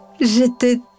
j'étais